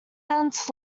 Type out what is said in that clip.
bent